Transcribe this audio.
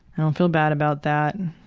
i don't feel bad about that.